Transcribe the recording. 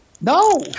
No